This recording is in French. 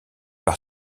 par